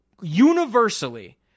universally